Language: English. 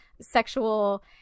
sexual